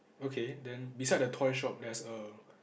okay then beside the toy shop there's a